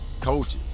coaches